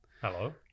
Hello